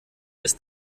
ist